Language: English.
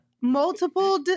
multiple